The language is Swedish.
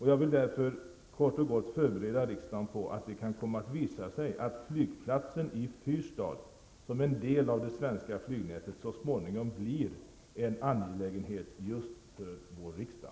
Jag vill därför förbereda riksdagen på att det kan komma att visa sig att flygplatsen i Fyrstad, som en del av det svenska flygnätet, så småningom blir en angelägenhet just för vår riksdag.